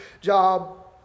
job